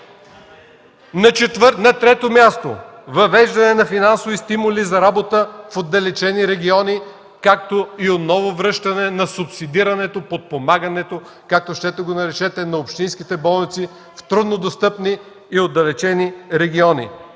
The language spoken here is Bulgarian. На трето място, въвеждане на финансови стимули за работа в отдалечени региони, както и отново връщане на субсидирането, подпомагането, както щете го наречете, на общинските болници в труднодостъпни и отдалечени региони.